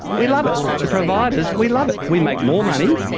we love it, the providers, we love it. we make more money,